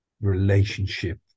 relationship